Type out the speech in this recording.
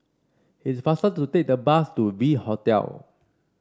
it's faster to take the bus to V Hotel